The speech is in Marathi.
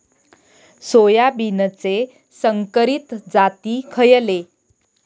सोयाबीनचे संकरित जाती खयले?